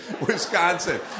Wisconsin